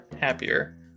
happier